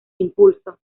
impulso